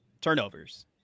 turnovers